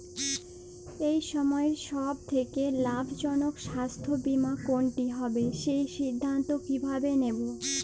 এই সময়ের সব থেকে লাভজনক স্বাস্থ্য বীমা কোনটি হবে সেই সিদ্ধান্ত কীভাবে নেব?